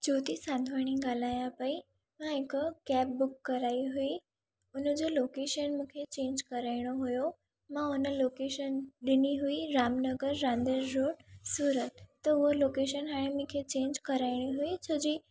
जोती सांधवाणी ॻाल्हायां पई मां हिकु कैब बुक कराई हुई हुनजो लोकेशन मूंखे चेंज कराइणो हुओ मां हुन लोकेशन ॾिनी हुई राम नगर रांदेर रोड सूरत त उहा लोकेशन हाणे मूंखे चेंज कराइणी हुई छो जी